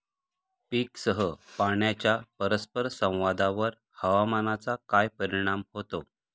पीकसह पाण्याच्या परस्पर संवादावर हवामानाचा काय परिणाम होतो?